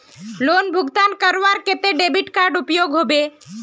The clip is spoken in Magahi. लोन भुगतान करवार केते डेबिट कार्ड उपयोग होबे?